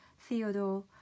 Theodore